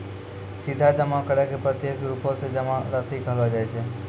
सीधा जमा करै के प्रत्यक्ष रुपो से जमा राशि कहलो जाय छै